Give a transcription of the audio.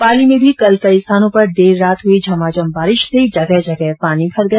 पाली में भी कल कई स्थानों पर देर रात हुई झमाझम बारिश से जगह जगह पानी भर गया